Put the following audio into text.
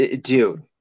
Dude